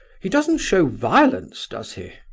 he doesn't show violence, does he?